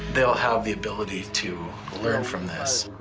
they'll have the ability to learn from this.